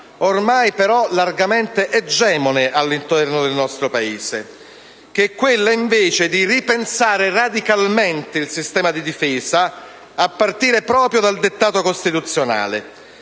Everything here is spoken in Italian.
ormai largamente egemone all'interno del nostro Paese, che è quella, invece, di ripensare radicalmente il sistema di difesa, a partire proprio dal dettato costituzionale,